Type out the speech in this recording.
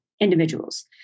individuals